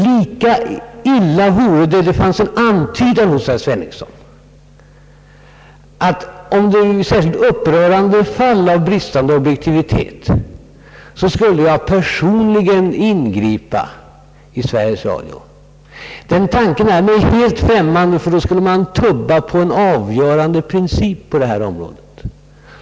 Lika illa vore det — det fanns en antydan om det hos herr Svenungsson — om jag i särskilt upprörande fall av bristande objektivitet skulle ingripa personligen i Sveriges Radios utformning av programmen. Den tanken är mig helt främmande. Då skulle man nämligen rubba på en avgörande princip på detta område.